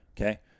Okay